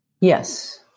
yes